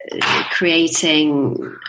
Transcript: creating